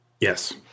Yes